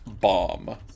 bomb